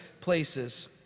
places